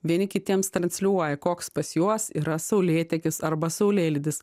vieni kitiems transliuoja koks pas juos yra saulėtekis arba saulėlydis